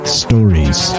stories